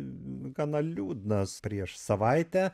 gana liūdnas prieš savaitę